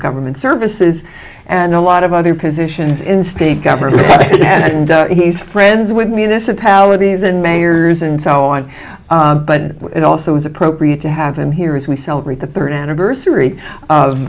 government services and a lot of other positions in state government and he's friends with municipalities and mayors and so on but it also is appropriate to have him here as we celebrate the third anniversary